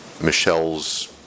Michelle's